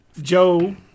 Joe